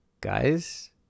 guys